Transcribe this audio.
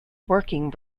working